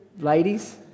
ladies